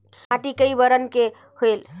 माटी कई बरन के होयल?